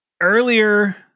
earlier